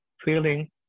feeling